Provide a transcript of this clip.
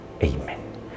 Amen